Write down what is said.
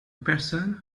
person